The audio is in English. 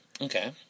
okay